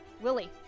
Willie